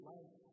Life